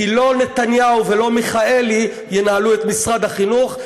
כי לא נתניהו ולא מיכאלי ינהלו את משרד החינוך,